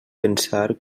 pensar